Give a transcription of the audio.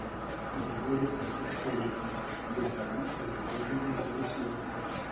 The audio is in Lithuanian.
groju rytietiška liutnia gitara ir viduržemio jūros liutnia